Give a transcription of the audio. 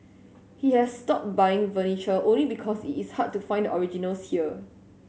he has stopped buying furniture only because it's hard to find originals here